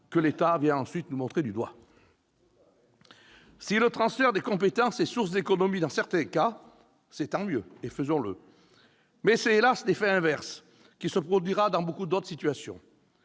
que l'État vient ensuite montrer du doigt. Tout à fait ! Si le transfert de compétences est source d'économies dans certains cas, c'est tant mieux, et faisons-le ! Mais c'est, hélas, l'effet inverse qui se produira dans beaucoup d'autres situations.